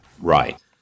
Right